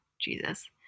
Jesus